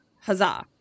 huzzah